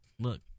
Look